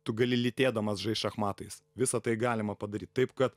tu gali lytėdamas žaist šachmatais visa tai galima padaryt taip kad